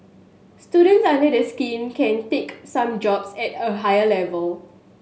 students under the scheme can take some jobs at a higher level